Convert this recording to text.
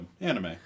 anime